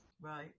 Right